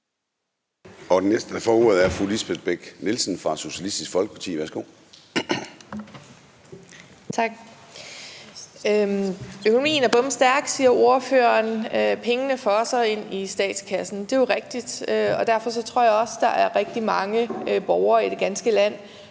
Økonomien er bomstærk, siger ordføreren. Pengene fosser ind i statskassen. Det er jo rigtigt, og derfor tror jeg også, der er rigtig mange borgere i det ganske land,